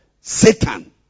Satan